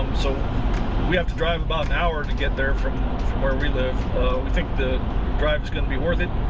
so we have to drive about an hour to get there from from where we live we think the drive is going to be worth it,